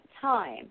time